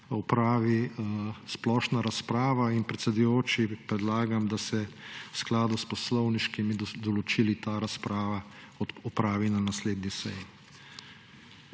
opravi splošna razprava. Predsedujoči, predlagam, da se v skladu s poslovniškimi določili ta razprava opravi na naslednji seji.